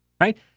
Right